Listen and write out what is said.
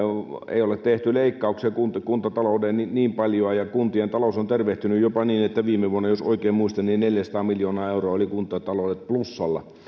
ei ole tehty leikkauksia kuntatalouteen niin niin paljon ja kuntien talous on tervehtynyt jopa niin että viime vuonna jos oikein muistan neljäsataa miljoonaa euroa olivat kuntataloudet plussalla